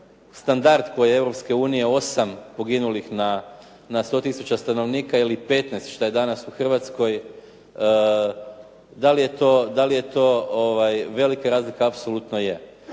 standard koji je Europske unije 8 poginulih na 100 tisuća stanovnika ili 15, što je danas u Hrvatskoj, da li je to velika razlika? Apsolutno je.